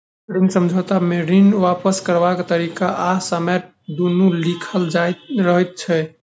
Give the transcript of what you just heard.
ऋण समझौता मे ऋण वापस करबाक तरीका आ समय दुनू लिखल रहैत छै